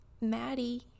Maddie